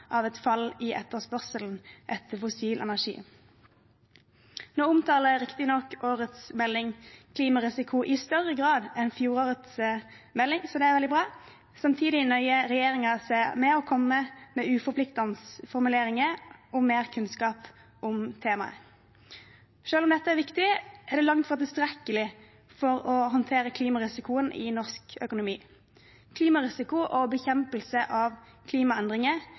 av et fall i etterspørselen etter fossil energi. Nå omtaler riktignok årets melding klimarisiko i større grad enn fjorårets melding. Det er veldig bra. Samtidig nøyer regjeringen seg med å komme med uforpliktende formuleringer om mer kunnskap om temaet. Selv om dette er viktig, er det langt fra tilstrekkelig for å håndtere klimarisikoen i norsk økonomi. Klimarisiko og bekjempelse av klimaendringer